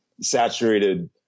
saturated